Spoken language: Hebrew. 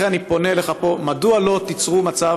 לכן אני פונה אליך פה: מדוע לא תיצרו מצב